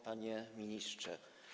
Panie Ministrze!